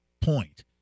point